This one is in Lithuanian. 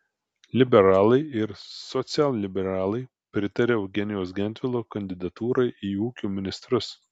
liberalai ir socialliberalai pritaria eugenijaus gentvilo kandidatūrai į ūkio ministrus